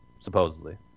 supposedly